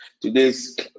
today's